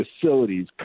facilities